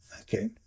okay